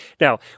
Now